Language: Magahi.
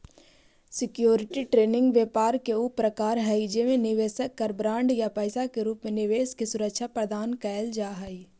सिक्योरिटी ट्रेडिंग व्यापार के ऊ प्रकार हई जेमे निवेशक कर बॉन्ड या पैसा के रूप में निवेश के सुरक्षा प्रदान कैल जा हइ